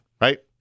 Right